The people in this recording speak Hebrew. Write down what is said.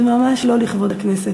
זה ממש לא לכבוד הכנסת.